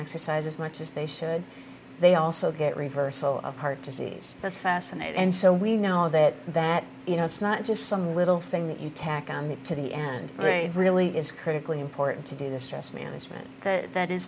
exercise as much as they should they also get reversal of heart disease that's fascinating and so we know that that you know it's not just some little thing that you tack on the to the end very really is critically important to do the stress management that that is